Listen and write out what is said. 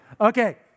Okay